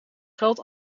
geld